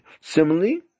Similarly